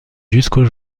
jusqu’au